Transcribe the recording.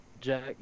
Jack